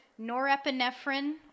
norepinephrine